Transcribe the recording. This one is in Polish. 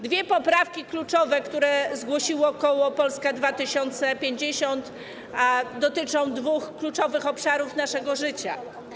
Dwie poprawki kluczowe, które zgłosiło koło Polska 2050, dotyczą dwóch kluczowych obszarów naszego życia.